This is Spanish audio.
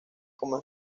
como